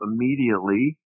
immediately